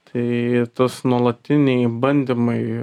tai tas nuolatiniai bandymai